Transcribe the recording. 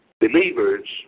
Believers